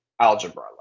algebra